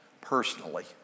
personally